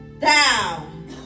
down